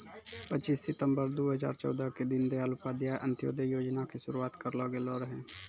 पच्चीस सितंबर दू हजार चौदह के दीन दयाल उपाध्याय अंत्योदय योजना के शुरुआत करलो गेलो रहै